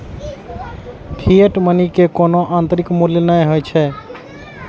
fiat money के कोनो आंतरिक मूल्य नै होइ छै